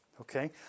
Okay